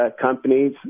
companies